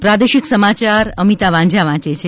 પ્રાદેશિક સમાચાર અમિતા વાંઝા વાંચે છે